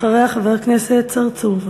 אחריה חבר הכנסת צרצור.